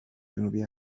جنوبی